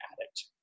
addict